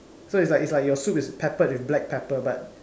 so its like its like your soup is peppered with black pepper but